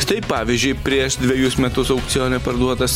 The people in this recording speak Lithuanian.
štai pavyzdžiui prieš dvejus metus aukcione parduotas